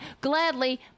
Gladly